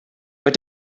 but